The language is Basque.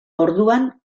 orduan